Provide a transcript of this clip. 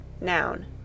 Noun